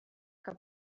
que